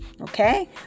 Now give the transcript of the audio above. okay